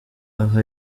aho